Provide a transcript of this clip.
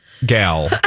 gal